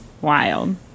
Wild